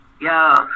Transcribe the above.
Yo